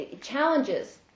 challenges